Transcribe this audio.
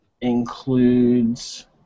includes